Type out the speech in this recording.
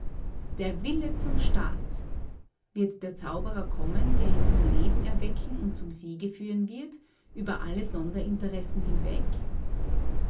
der wille zum staat wird der zauberer kommen der ihn zum leben erwecken und zum siege führen wird über alle sonderinteressen hinweg